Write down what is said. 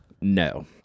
No